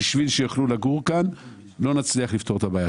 בשביל שיוכלו לגור כאן, לא נצליח לפתור את הבעיה.